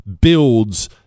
builds